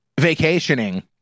vacationing